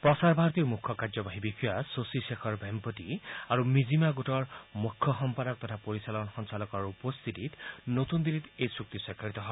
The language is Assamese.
প্ৰচাৰ ভাৰতীৰ মুখ্য কাৰ্যবাহী বিষয়া শশী শেখৰ ভেমপতি আৰু মিজ্জিমা গোটৰ মুখ্য সম্পাদক তথা পৰিচালন সঞ্চালকৰ উপস্থিতিত নতুন দিল্লীত এই চুক্তি স্বাক্ষৰিত হয়